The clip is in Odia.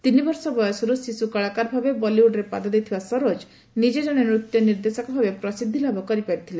ତିନିବର୍ଷ ବୟସର୍ତ ଶିଶୁ କଳାକାର ଭାବେ ବଲିଉଡ୍ରେ ପାଦ ଦେଇଥିବା ସରୋଜ ନିଜେ ଜଣେ ନୂତ୍ୟ ନିର୍ଦ୍ଦେଶକ ଭାବେ ପ୍ରସିଦ୍ଧି ଲାଭ କରିପାରିଥିଲେ